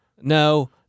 No